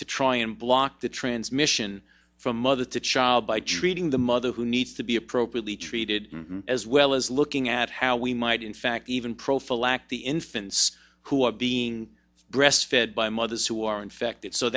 to try and block the transmission from mother to child by treating the mother who needs to be appropriately treated as well as looking at how we might in fact even prophylactic the infants who are being breastfed by mothers who are infected so